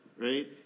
right